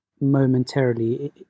momentarily